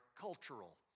cultural